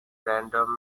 random